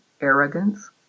arrogance